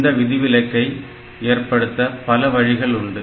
இந்த விதிவிலக்கை ஏற்படுத்த பல வழிகள் உண்டு